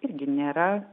irgi nėra